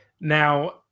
Now